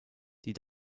die